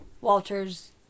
Walter's